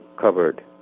covered